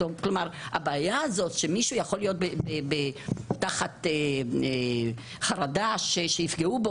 כלומר הבעיה שמי שיכול להיות תחת חרדה שיפגעו בו